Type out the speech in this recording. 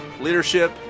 leadership